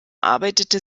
arbeitete